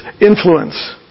influence